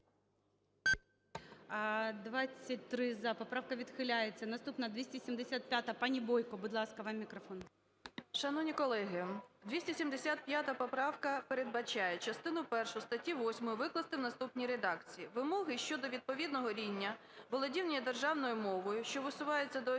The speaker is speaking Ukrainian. За-23 Поправка відхиляється. Наступна - 275-а. Пані Бойко, будь ласка, вам мікрофон. 10:14:01 БОЙКО О.П. Шановні колеги, 275 поправка передбачає частину першу статті 8 викласти в наступній редакції: "Вимоги щодо відповідного рівня володіння державною мовою, що висуваються до осіб,